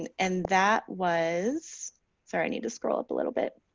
and and that was sorry i need to scroll up a little bit.